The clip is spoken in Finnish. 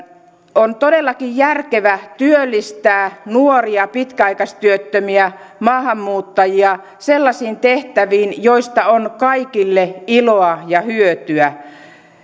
on todellakin järkevää työllistää nuoria pitkäaikaistyöttömiä maahanmuuttajia sellaisiin tehtäviin joista on kaikille iloa ja hyötyä